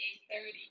8.30